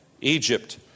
Egypt